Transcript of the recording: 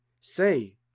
say